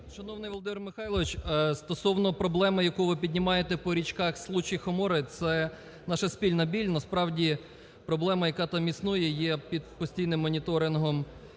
Шановний Володимире Михайловичу, стосовно проблеми, яку ви піднімаєте по річках Случ і Хомора, – це наша спільна біль. Насправді, проблема, яка там існує, є під постійним моніторингом